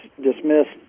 dismissed